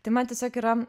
tai man tiesiog yra